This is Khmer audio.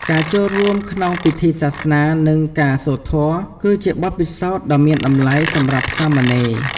ការចូលរួមក្នុងពិធីសាសនា និងការសូត្រធម៌ គឺជាបទពិសោធន៍ដ៏មានតម្លៃសម្រាប់សាមណេរ។